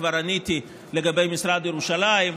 כבר עניתי לגבי משרד ירושלים,